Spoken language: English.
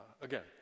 again